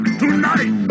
tonight